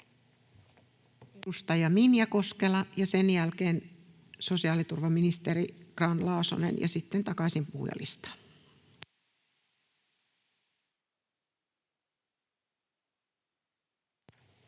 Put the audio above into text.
Edustaja Minja Koskela ja sen jälkeen sosiaaliturvaministeri Grahn-Laasonen ja sitten takaisin puhujalistaan.